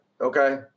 Okay